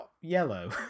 yellow